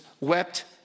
wept